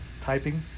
typing